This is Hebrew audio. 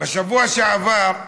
בשבוע שעבר,